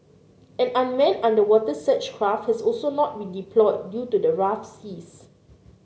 an unmanned underwater search craft has also not been deployed due to the rough seas